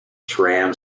tram